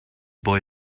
boy